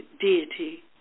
deity